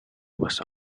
was